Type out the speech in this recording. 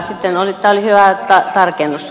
sitten tämä oli hyvä tarkennus